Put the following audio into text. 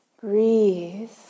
Breathe